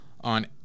On